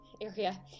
area